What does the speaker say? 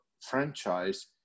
franchise